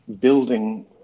building